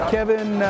Kevin